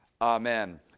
Amen